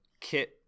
Kit